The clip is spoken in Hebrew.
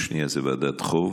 השנייה זו ועדת חו"ב,